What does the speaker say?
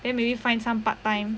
then maybe find some part time